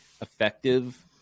effective